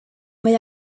mae